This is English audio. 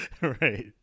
right